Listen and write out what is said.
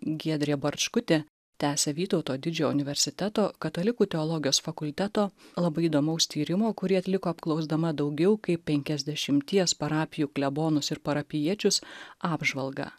giedrė barčkutė tęsia vytauto didžiojo universiteto katalikų teologijos fakulteto labai įdomaus tyrimo kurį atliko apklausdama daugiau kaip penkiasdešimties parapijų klebonus ir parapijiečius apžvalgą